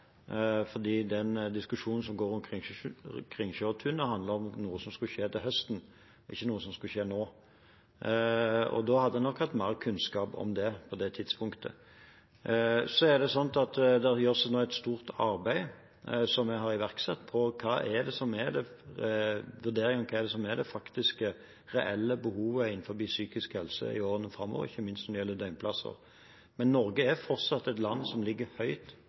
den diskusjonen som går om Kringsjåtunet, handler om noe som skulle skje til høsten, ikke noe som skulle skje nå. Da hadde en nok hatt mer kunnskap om det på det tidspunktet. Det gjøres nå et stort arbeid som jeg har iverksatt, på vurderingen av hva som er det faktiske, reelle behovet innenfor psykisk helse i årene framover, ikke minst når det gjelder døgnplasser. Men Norge er fortsatt et land som ligger høyt